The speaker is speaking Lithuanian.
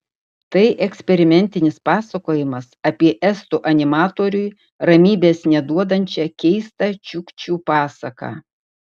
tai eksperimentinis pasakojimas apie estų animatoriui ramybės neduodančią keistą čiukčių pasaką